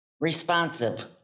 responsive